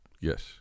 Yes